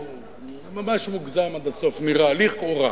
ממש מוגזם, עד הסוף, נראה לכאורה.